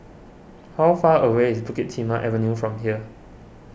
how far away is Pukit Timah Avenue from here